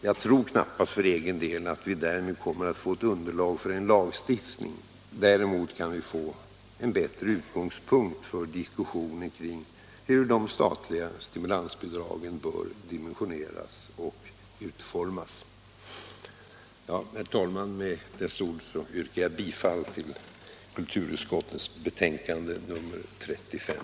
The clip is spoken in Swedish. Jag tror för egen del knappast att vi därmed kommer att få ett underlag för en lagstiftning. Däremot kan vi få en bättre utgångspunkt för diskussioner kring hur de statliga stimulansbidragen bör dimensioneras och utformas. Herr talman! Med dessa ord yrkar jag bifall till kulturutskottets hemställan i betänkandet nr 35.